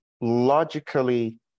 logically